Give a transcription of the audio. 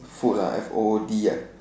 food ah F O O D ya